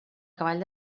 cavall